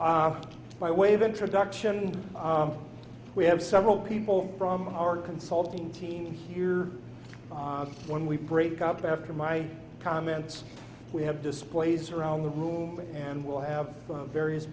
you by way of introduction we have several people from our consulting team here when we break up after my comments we have displays around the room and we'll have various